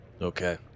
Okay